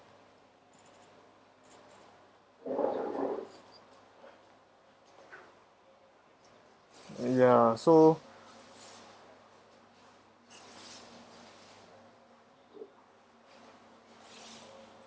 ya so